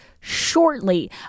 shortly